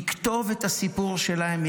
יכתוב את הסיפור שלהם,